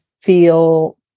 feel